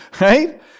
right